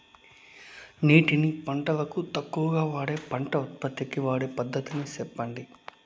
నీటిని పంటలకు తక్కువగా వాడే పంట ఉత్పత్తికి వాడే పద్ధతిని సెప్పండి?